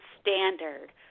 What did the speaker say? standard